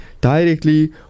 directly